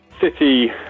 city